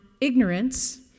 ignorance